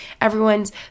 everyone's